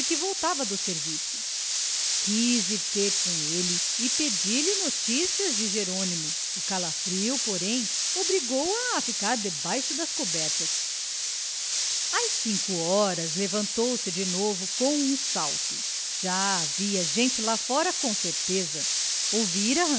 voltava do serviço quis ir ter com ele e pedir-lhe notícias de jerôrimo o calafrio porém obrigou-a a ficar debaixo das cobertas às cinco horas levantou-se de novo com um salto já havia gente lá fora com certeza ouvira